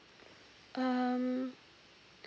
um